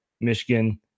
Michigan